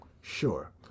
Sure